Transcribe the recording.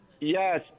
yes